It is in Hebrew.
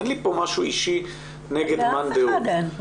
אין לי כאן משהו אישי נגד מאן דהוא,